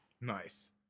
Nice